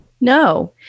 No